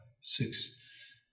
six